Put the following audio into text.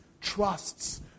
trusts